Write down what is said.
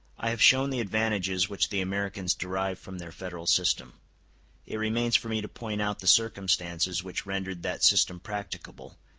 i have shown the advantages which the americans derive from their federal system it remains for me to point out the circumstances which rendered that system practicable,